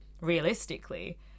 realistically